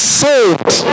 saved